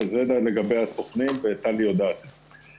זה לגבי הסוכנים, וטלי יודעת את זה.